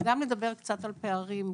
וגם לדבר קצת על פערים,